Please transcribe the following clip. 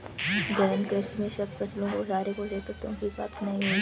गहन कृषि में सब फसलों को सारे पोषक तत्वों की प्राप्ति नहीं हो पाती